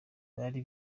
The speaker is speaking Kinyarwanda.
bari